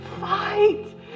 Fight